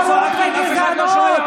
בורות וגזענות.